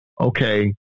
okay